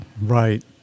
Right